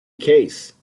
case